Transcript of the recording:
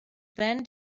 then